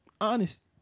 honest